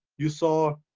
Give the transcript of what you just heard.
you saw